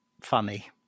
funny